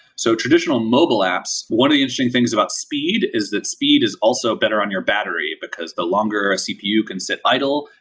so traditional mobile apps, one of the interesting things about speed, is that speed is also better on your battery, because the longer a cpu can sit idle,